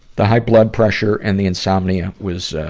the high blood pressure and the insomnia was, ah,